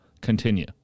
continue